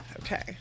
Okay